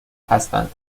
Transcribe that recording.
هستند